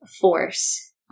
force